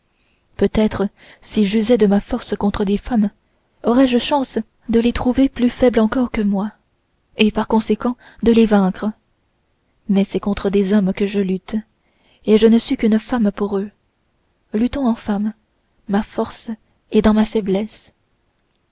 peut-être si j'usais de ma force contre des femmes aurais-je chance de les trouver plus faibles encore que moi et par conséquent de les vaincre mais c'est contre des hommes que je lutte et je ne suis qu'une femme pour eux luttons en femme ma force est dans ma faiblesse